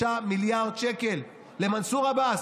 53 מיליארד שקלים למנסור עבאס,